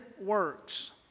works